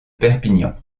perpignan